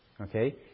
okay